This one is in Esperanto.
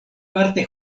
parte